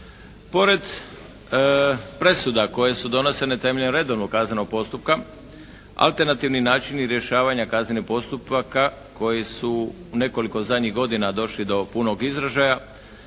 pored presuda koje su donesene na temelju redovnog kaznenog postupka alternativni načini rješavanja kaznenih postupaka koji su u nekoliko zadnjih godina došli do punog izražaja